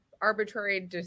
arbitrary